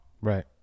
Right